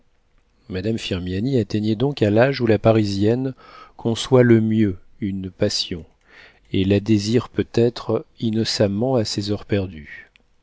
madame firmiani atteignait donc à l'âge où la parisienne conçoit le mieux une passion et la désire peut-être innocemment à ses heures perdues